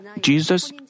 Jesus